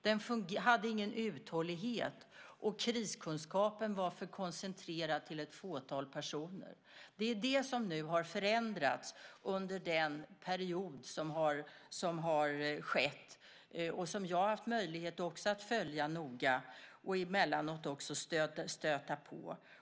Den hade ingen uthållighet, och kriskunskapen var för koncentrerad till ett fåtal personer. Det är det som har förändrats under den period som har gått och som jag också har haft möjlighet att följa noga och emellanåt också stöta på.